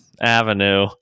avenue